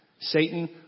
Satan